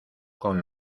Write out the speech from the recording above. con